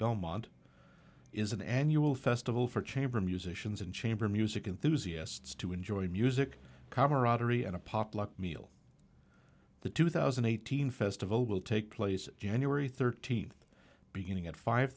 belmont is an annual festival for chamber musicians and chamber music enthusiastic to enjoy music camaraderie and a potluck meal the two thousand eight hundred festival will take place january thirteenth beginning at five